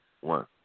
One